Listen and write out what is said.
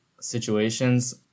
situations